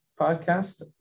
podcast